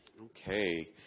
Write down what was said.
Okay